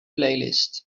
playlist